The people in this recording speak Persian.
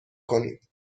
کنیم